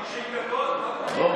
30 דקות, מה זה?